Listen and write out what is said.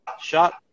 Shot